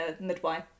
midwife